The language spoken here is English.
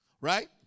Right